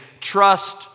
trust